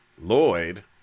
Lloyd